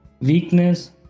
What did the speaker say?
weakness